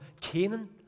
Canaan